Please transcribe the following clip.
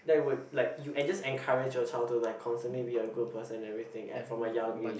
that would like you en~ just encourage your child to like constantly be a good person and everything at from a young age